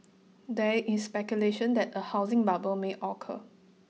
there is speculation that a housing bubble may occur